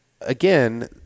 again